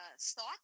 thought